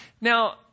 Now